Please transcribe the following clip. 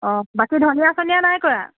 অ বাকী ধনিয়া চনিয়া নাই কৰা